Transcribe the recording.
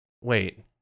wait